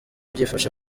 byifashe